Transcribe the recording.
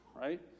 right